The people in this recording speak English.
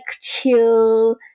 chill